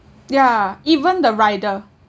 ya even the rider